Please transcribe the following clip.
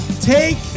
take